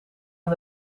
aan